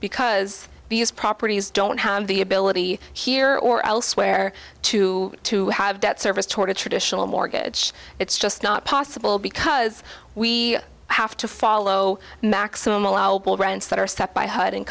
because these properties don't have the ability here or elsewhere to to have debt service toward a traditional mortgage it's just not possible because we have to follow maximum allowable rents that are set by h